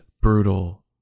brutal